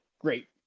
great